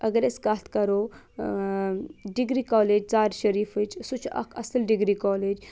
اگر أسۍ کَتھ کَرو ڈِگری کالج ژارِ شٔریٖفٕچ سُہ چھُ اَکھ اَصٕل ڈِگری کالج